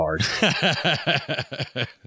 hard